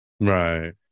right